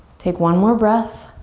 take one more breath.